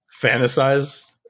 fantasize